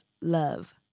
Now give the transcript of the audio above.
Love